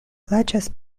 plaĉas